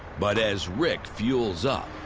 but as rick fuels up.